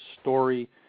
story